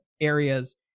areas